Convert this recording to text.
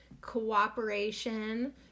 cooperation